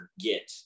forget